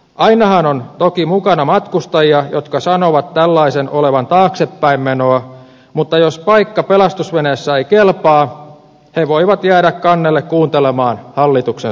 ainahan on toki mukana matkustajia jotka sanovat tällaisen olevan taaksepäin menoa mutta jos paikka pelastusveneessä ei kelpaa he voivat jäädä kannelle kuuntelemaan hallituksen soitantaa